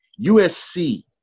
USC